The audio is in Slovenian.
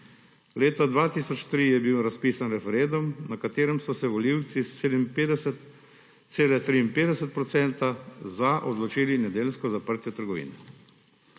Leta 2003 je bil razpisan referendum, na katerem so se volivci s 57,53 % glasov »za« odločili za nedeljsko zaprtje trgovin.